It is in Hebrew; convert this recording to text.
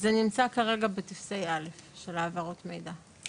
זה נמצא כרגע בטפסי א' של העברות מידע.